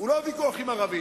זה לא ויכוח עם ערבים.